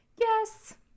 Yes